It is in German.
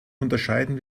unterscheiden